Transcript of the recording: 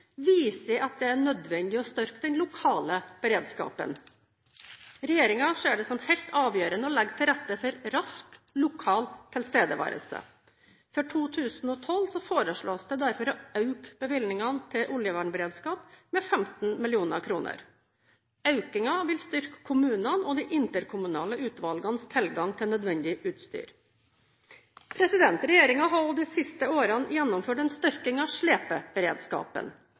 viser at det er nødvendig å styrke den lokale beredskapen. Regjeringen ser det som helt avgjørende å legge til rette for rask lokal tilstedeværelse. For 2012 foreslås det derfor å øke bevilgningene til oljevernberedskap med 15 mill. kr. Økningen vil styrke kommunene og de interkommunale utvalgenes tilgang til nødvendig utstyr. Regjeringen har også de siste årene gjennomført en styrking av slepeberedskapen.